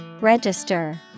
Register